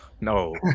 No